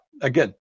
again